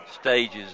Stages